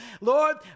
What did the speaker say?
Lord